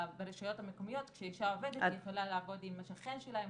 ברשויות המקומיות כשאישה עובדת היא יכולה לעבוד עם השכן שלה,